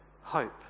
Hope